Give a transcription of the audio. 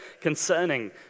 concerning